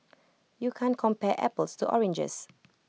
you can't compare apples to oranges